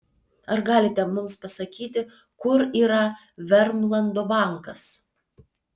ar galite mums pasakyti kur yra vermlando bankas